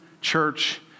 church